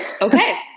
Okay